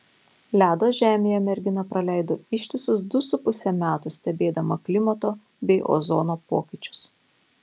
ledo žemėje mergina praleido ištisus du su puse metų stebėdama klimato bei ozono pokyčius